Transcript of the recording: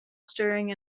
stirring